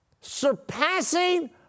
surpassing